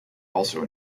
also